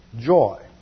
joy